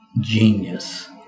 genius